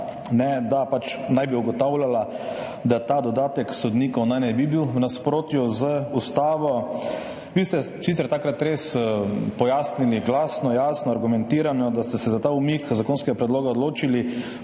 naj bi pač ugotavljala, da ta dodatek sodnikov naj ne bi bil v nasprotju z ustavo. Vi ste sicer takrat res pojasnili, glasno, jasno, argumentirano, da ste se za ta umik zakonskega predloga odločili